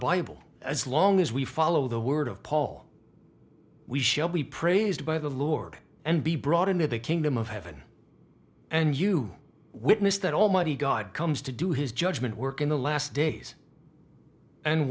bible as long as we follow the word of paul we shall be praised by the lord and be brought into the kingdom of heaven and you witness that almighty god comes to do his judgement work in the last days and